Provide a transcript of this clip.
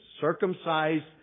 circumcised